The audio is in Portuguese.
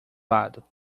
lado